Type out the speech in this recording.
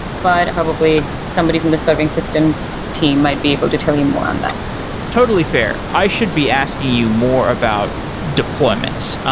but probably somebody from the serving system's team might be able to tell you more on that totally fair. i should be asking you more about deployments,